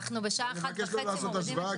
אנחנו בשעה 13:30 מורידים את הסטיגמות.